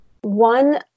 one